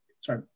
sorry